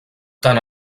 tant